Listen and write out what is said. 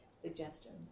suggestions